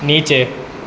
નીચે